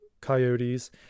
coyotes